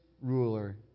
ruler